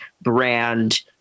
brand